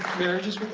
marriages with